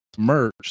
merch